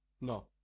No